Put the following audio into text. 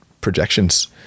projections